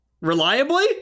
Reliably